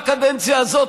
בקדנציה הזאת,